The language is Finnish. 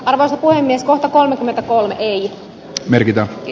arvoisa puhemies kohta kolmekymmentäkolme ei merkitä